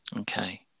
Okay